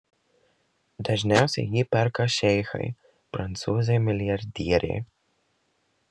dažniausiai jį perka šeichai prancūzai milijardieriai